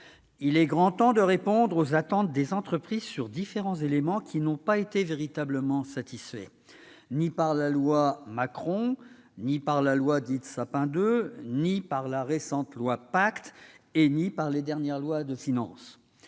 Il est grand temps de répondre aux attentes des entreprises sur différents éléments qui n'ont pas été véritablement satisfaites ni par la loi Macron, ni par la loi Sapin II, ni par la récente loi Pacte, ni par les dernières lois de finances.